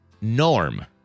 Norm